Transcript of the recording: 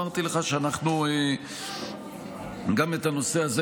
ואמרתי לך שגם את הנושא הזה,